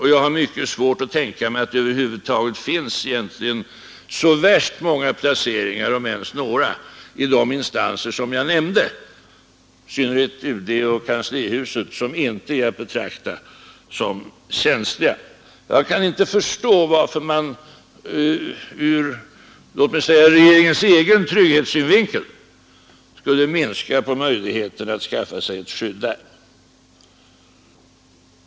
Jag har mycket svårt att tänka mig att det över huvud taget finns så värst många placeringar, om ens några, i de instanser jag nämnde — i synnerhet UD och kanslihuset — som inte är att betrakta som känsliga. Jag kan inte förstå varför man ur regeringens egen trygghetssynvinkel skulle minska möjligheterna att skaffa sig ett skydd.